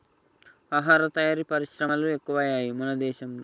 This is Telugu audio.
ఆహార తయారీ పరిశ్రమలు ఎక్కువయ్యాయి మన దేశం లో